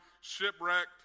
shipwrecked